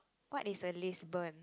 what is a Lisbon